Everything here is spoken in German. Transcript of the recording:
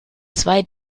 zwei